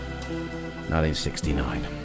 1969